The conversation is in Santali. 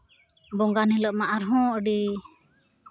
ᱵᱚᱸᱜᱟᱱ ᱦᱤᱞᱳᱜ ᱢᱟ ᱟᱨᱦᱚᱸ ᱟᱹᱰᱤ